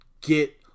get